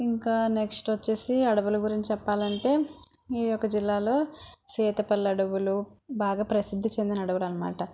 ఇంకా నెక్స్ట్ వచ్చేసి అడవుల గురించి చెప్పాలంటే ఈ ఒక్క జిల్లాలో సేతుపల్లి అడవులు బాగా ప్రసిద్ధి చెందిన అడవులు అనమాట